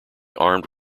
armed